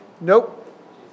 Nope